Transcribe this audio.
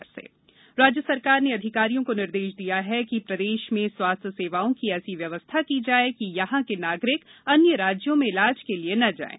CM निर्देश राज्य सरकार ने अधिकारियों को निर्देश दिया है कि प्रदेश में स्वास्थ्य सेवाओं की ऐसी व्यवस्था की जाए कि राज्य के नागरिक अन्य राज्यों में इलाज के लिए न जाएं